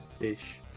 ish